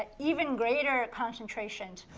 ah even greater concentrations.